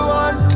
one